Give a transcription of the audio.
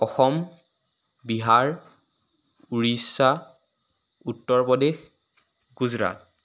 Assam Bihar Orissa Uttar Pradesh Gujarat